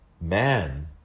man